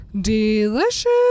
delicious